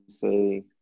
say